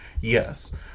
Yes